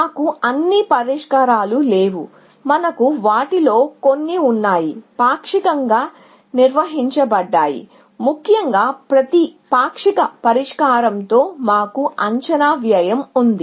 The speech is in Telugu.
మాకు అన్ని పరిష్కారాలు లేవు మనకు వాటిలో కొన్ని ఉన్నాయి పాక్షికంగా నిర్వచించబడ్డాయి ముఖ్యంగా ప్రతి పాక్షిక పరిష్కారంతో మాకు అంచనా వ్యయం ఉంది